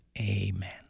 amen